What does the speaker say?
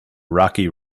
rocky